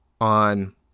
on